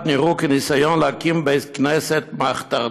נראו כניסיון להקים בית כנסת מחתרתי.